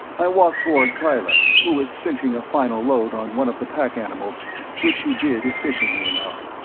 i walked toward kyla, who was cinching a final load on one of the pack-animals, which she did efficiently enough.